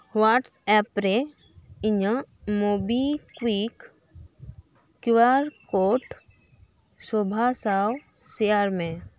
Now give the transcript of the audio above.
ᱦᱳᱭᱟᱴᱥ app ᱨᱮ ᱤᱧᱟᱹᱜ MobiKwik Q R code ᱥᱳᱵᱷᱟ ᱥᱟᱶ ᱥᱮᱭᱟᱨ ᱢᱮ